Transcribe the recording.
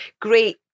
great